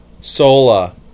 Sola